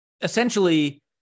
essentially